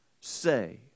say